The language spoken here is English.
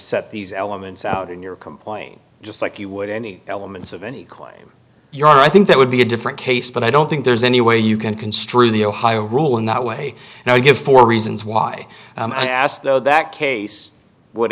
set these elements out in your complaint just like you would any elements of any claim you are i think that would be a different case but i don't think there's any way you can construe the ohio rule in that way and i give four reasons why i asked though that case would